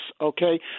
okay